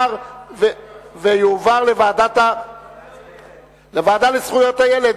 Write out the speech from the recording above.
התשס"ח 2008, לוועדה לזכויות הילד